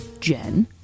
Jen